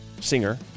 singer